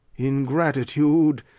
ingratitude,